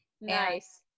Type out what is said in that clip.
Nice